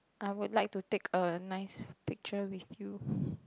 I would like to take a nice picture with you